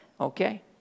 Okay